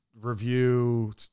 review